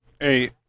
Hey